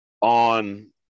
on